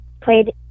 played